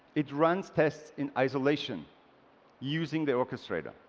it runs tests in isolation using the orchestrater.